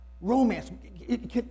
romance